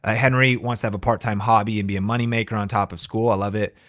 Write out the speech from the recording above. ah henry wants to have a part time hobby and be a moneymaker on top of school. i love it.